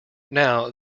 now